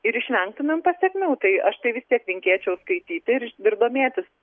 ir išvengtumėm pasekmių tai aš tai vis tiek linkėčiau skaityti ir iš domėtis